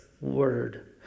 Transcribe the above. word